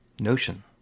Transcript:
Notion